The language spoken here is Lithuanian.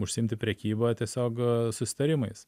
užsiimti prekyba tiesiog susitarimais